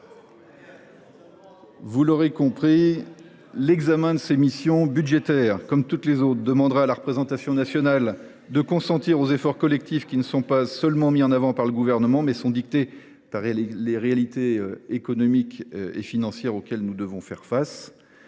Vous l’aurez compris, sur ces missions budgétaires, comme sur toutes les autres, il sera demandé à la représentation nationale de consentir aux efforts collectifs dictés, non pas seulement par le Gouvernement, mais par les réalités économiques et financières auxquelles nous devons faire face.